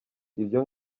ibyo